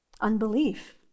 Unbelief